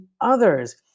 others